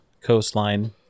coastline